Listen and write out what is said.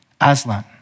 Aslan